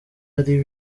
ari